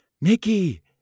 Mickey